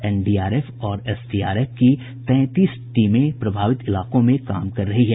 NDRF और SDRF की तैंतीस टीमें प्रभावित इलाकों में कार्य कर रही हैं